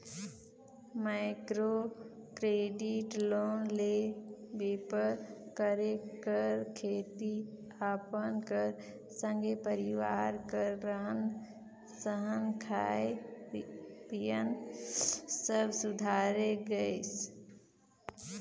micro credit loan ले बेपार करे कर सेती अपन कर संघे परिवार कर रहन सहनए खान पीयन सब सुधारे गइस